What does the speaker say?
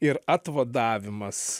ir atvadavimas